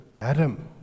Adam